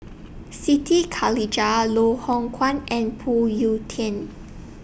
Siti Khalijah Loh Hoong Kwan and Phoon Yew Tien